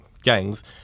Gangs